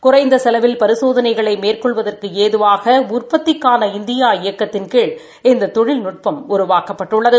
குறைந்த செலவில் பரிசோதனைகளை மேற்கொள்வதற்கு ஏதுவாக உற்பத்திக்காள இந்தியா இயக்கத்தின் கீழ் இந்த தொழில்நுட்பம் உருவாக்கப்பட்டுள்ளது